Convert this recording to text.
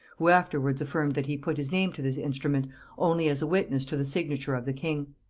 who afterwards affirmed that he put his name to this instrument only as a witness to the signature of the king.